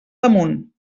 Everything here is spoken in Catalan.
damunt